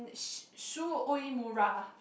Shu Uemura